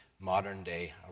modern-day